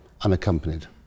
unaccompanied